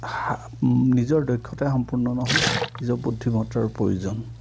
হা নিজৰ দক্ষতাই সম্পূৰ্ণ নহয় নিজৰ বুদ্ধিমতাৰো প্ৰয়োজন